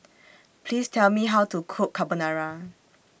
Please Tell Me How to Cook Carbonara